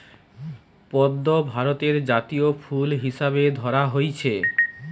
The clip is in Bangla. পদ্ম ভারতের জাতীয় ফুল হিসাবে ধরা হইচে